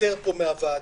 והתפטר מהוועדה.